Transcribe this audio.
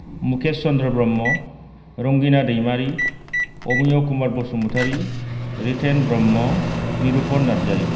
Mukesh Chandra Brahma Rangina Daimari Amey Kumar Basumatary Riten Brahma Nirupan Narzary